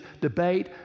debate